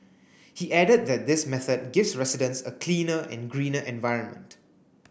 he added that this method gives residents a cleaner and greener environment